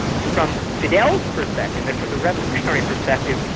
from fidel's perspective and from the revolutionary perspective,